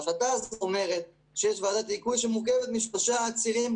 ההחלטה הזאת אומרת שיש ועדת היגוי שמורכבת משלושה צירים,